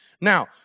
Now